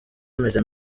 bimeze